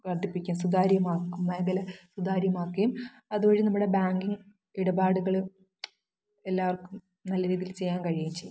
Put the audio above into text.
വർദ്ധിപ്പിയ്ക്കും സുതാര്യമാക്കും മേഖല സുതാര്യമാകേം അത് വഴി നമ്മുടെ ബാങ്കിങ് ഇടപാടുകൾ എല്ലാവർക്കും നല്ല രീതിയിൽ ചെയ്യാൻ കഴിയുവേം ചെയ്യും